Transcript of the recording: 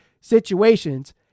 situations